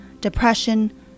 depression